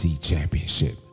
championship